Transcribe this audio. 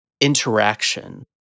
interaction